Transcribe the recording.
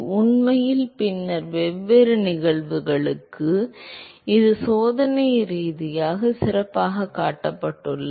உண்மையில் பின்னர் வெவ்வேறு நிகழ்வுகளுக்கு இது சோதனை ரீதியாக சிறப்பாகக் காட்டப்பட்டுள்ளது